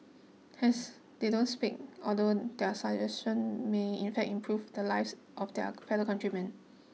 hence they don't speak although their suggestions may in fact improve the lives of their fellow countrymen